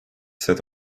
set